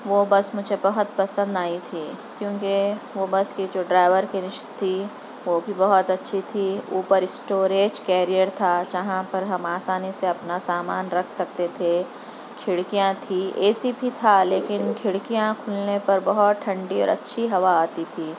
وہ بس مجھے بہت پسند آئی تھی کیونکہ وہ بس کی جو ڈرائیور کی نشست تھی وہ بھی بہت اچھی تھی اُوپر اسٹوریج کیریئر تھا جہاں پر ہم آسانی سے اپنا سامان رکھ سکتے تھے کھڑکیاں تھی اے سی بھی تھا لیکن کھڑکیاں کُھلنے پر بہت ٹھنڈی اور اچھی ہوا آتی تھی